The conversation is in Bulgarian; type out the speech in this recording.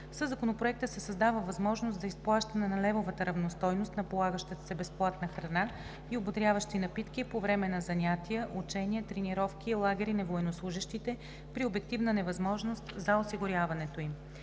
Със Законопроекта се създава възможност за изплащане на левовата равностойност на полагащата се безплатна храна и ободряващи напитки по време на занятия, учения, тренировки и лагери на военнослужещите при обективна невъзможност за осигуряването им.